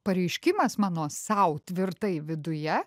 pareiškimas mano sau tvirtai viduje